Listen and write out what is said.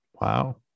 Wow